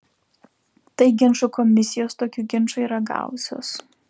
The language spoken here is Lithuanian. tai ginčų komisijos tokių ginčų yra gavusios